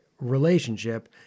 relationship